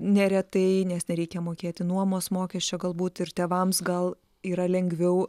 neretai nes nereikia mokėti nuomos mokesčio galbūt ir tėvams gal yra lengviau